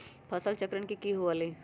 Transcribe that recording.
फसल चक्रण की हुआ लाई?